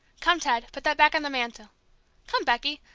come, ted put that back on the mantel come, becky!